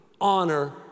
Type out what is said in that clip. honor